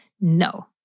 No